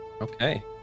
Okay